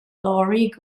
lowry